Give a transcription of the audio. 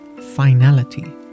finality